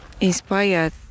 inspired